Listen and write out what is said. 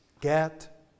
Get